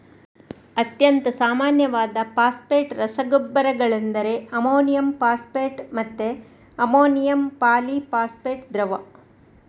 ಅತ್ಯಂತ ಸಾಮಾನ್ಯವಾದ ಫಾಸ್ಫೇಟ್ ರಸಗೊಬ್ಬರಗಳೆಂದರೆ ಅಮೋನಿಯಂ ಫಾಸ್ಫೇಟ್ ಮತ್ತೆ ಅಮೋನಿಯಂ ಪಾಲಿ ಫಾಸ್ಫೇಟ್ ದ್ರವ